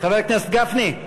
חבר הכנסת גפני.